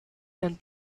and